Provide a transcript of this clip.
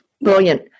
Brilliant